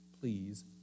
please